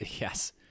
Yes